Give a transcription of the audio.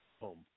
home